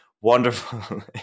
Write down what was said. wonderful